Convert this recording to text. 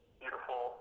beautiful